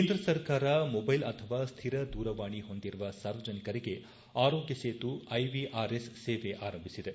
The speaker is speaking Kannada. ಕೇಂದ್ರ ಸರ್ಕಾರ ಮೊಬೈಲ್ ಅಥವಾ ಸ್ಟಿರ ದೂರವಾಣಿ ಹೊಂದಿರುವ ಸಾರ್ವಜನಿಕರಿಗೆ ಆರೋಗ್ಣ ಸೇತು ಐವಿಆರ್ಎಸ್ ಸೇವೆ ಆರಂಭಿಸಿದೆ